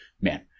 man